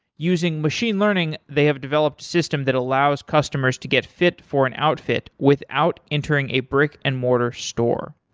using machine learning, they have developed a system that allows customers to get fit for an outfit without entering a brick and mortar store.